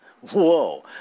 Whoa